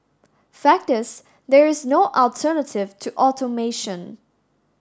fact is there is no alternative to automation